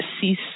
cease